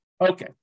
Okay